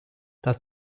das